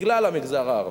בגלל המגזר הערבי.